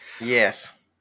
Yes